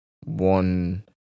one